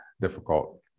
difficult